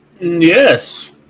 Yes